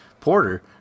porter